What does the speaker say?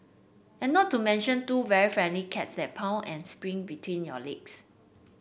and not to mention two very friendly cats that purr and sprint between your legs